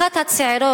אחת הצעירות,